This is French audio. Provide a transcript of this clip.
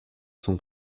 sont